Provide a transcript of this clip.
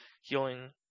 healing